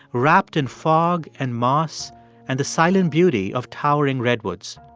wrapped in fog and moss and the silent beauty of towering redwoods.